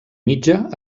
mitja